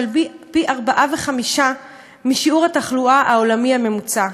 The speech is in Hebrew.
פי-ארבעה ופי-חמישה משיעור התחלואה העולמי הממוצע.